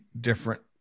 different